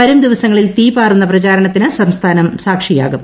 വരും ദിവസങ്ങളിൽ തീപാറുന്ന പ്രചാരണത്തിന് സംസ്ഥാനം സാക്ഷിയാകും